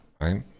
right